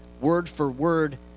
word-for-word